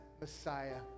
Messiah